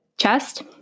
chest